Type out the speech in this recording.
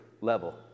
level